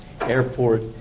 airport